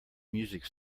music